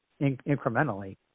incrementally